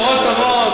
בשורות טובות.